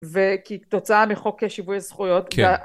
וכי תוצאה מחוק שיווי זכויות.